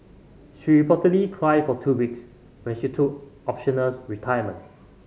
she reportedly cried for two weeks when she took optionals retirement